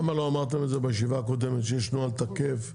למה לא אמרתם בישיבה הקודמת שיש נוהל תקף ומלא?